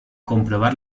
comprobar